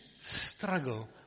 struggle